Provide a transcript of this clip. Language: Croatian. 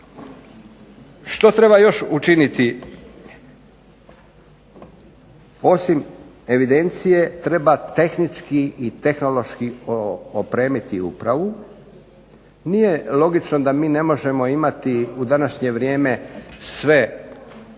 Što treba još učiniti? Osim evidencije treba tehnički i tehnološki opremiti upravu. Nije logično da mi ne možemo imati u današnje vrijeme sve